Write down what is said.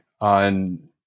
on